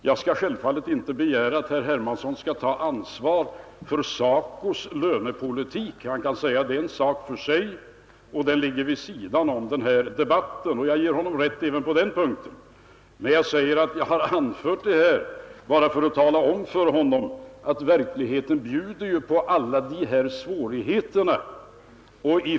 Jag skall självfallet inte begära att herr Hermansson tar ansvar för SACOs lönepolitik — han kan säga att den är en sak för sig och ligger vid sidan av denna debatt, och jag ger honom rätt även på den punkten. Men jag har anfört detta bara för att tala om för herr Hermansson att verkligheten bjuder på alla dessa svårigheter.